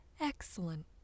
excellent